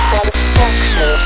Satisfaction